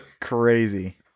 Crazy